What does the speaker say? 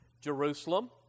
Jerusalem